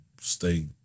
stay